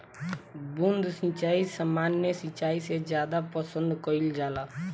बूंद सिंचाई सामान्य सिंचाई से ज्यादा पसंद कईल जाला